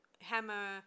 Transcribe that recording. Hammer